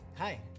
Hi